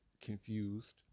confused